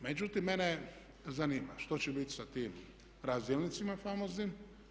Međutim, mene zanima što će bit sa tim razdjelnicima famoznim.